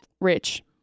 Rich